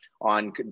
on